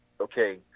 okay